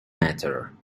matter